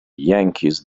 yankees